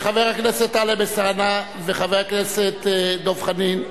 חבר הכנסת טלב אלסאנע וחבר הכנסת דב חנין,